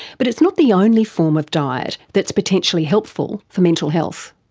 but it's not the only form of diet that's potentially helpful for mental health.